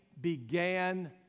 began